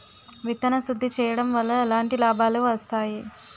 విత్తన శుద్ధి చేయడం వల్ల ఎలాంటి లాభాలు వస్తాయి?